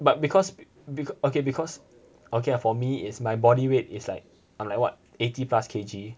but because okay because okay lah for me it's my bodyweight is like like what eighty plus K_G